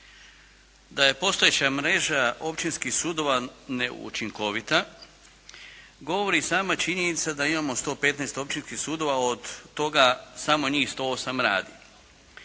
Da je postojeća mreža općinskih sudova neučinkovita govori sama činjenica da imamo 115 općinskih sudova, a od toga samo njih 108 radi.